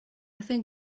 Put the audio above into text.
think